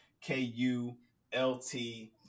K-U-L-T